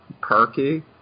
perky